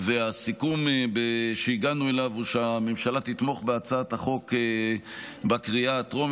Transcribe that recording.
והסיכום שהגענו אליו הוא שהממשלה תתמוך בהצעת החוק בקריאה הטרומית,